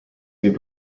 viib